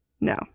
No